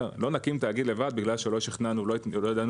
לא נקים תאגיד לבד בגלל שלא שכנענו ולא ידענו